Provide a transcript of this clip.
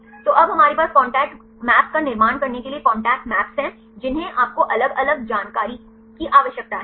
तो अब हमारे पास कांटेक्ट मैप्स का निर्माण करने के लिए कांटेक्ट मैप्स हैं जिन्हें आपको अलग अलग जानकारी की आवश्यकता है